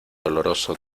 doloroso